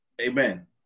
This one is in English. Amen